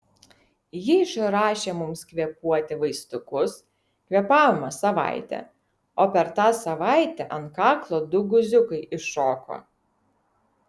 ji išrašė mums kvėpuoti vaistukus kvėpavome savaitę o per tą savaitę ant kaklo du guziukai iššoko